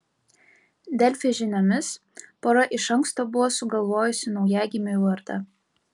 delfi žiniomis pora iš anksto buvo sugalvojusi naujagimiui vardą